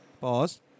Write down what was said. Pause